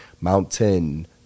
Mountain